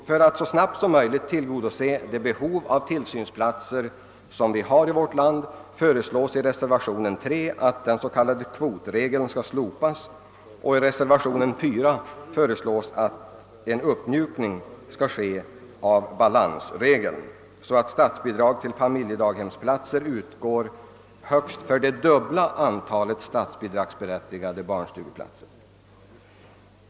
För att så snabbt som möjligt tillgodose det behov av tillsynsplatser som vi har i vårt land föreslås i reservationen 3 att den s.k. kvotregein skall slopas, och i reservationen 4 a föreslås en uppmjukning av den s.k. balansregeln, så att statsbidrag till familjedaghemsplatser skall utgå högst för det dubbla antalet statsbidragsberättigade barnstugeplatser.